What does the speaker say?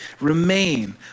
remain